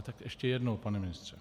Tak ještě jednou, pane ministře.